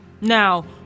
Now